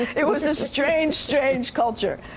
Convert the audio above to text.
it was a strange, strange culture.